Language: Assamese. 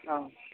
অঁ